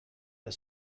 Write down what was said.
the